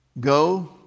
Go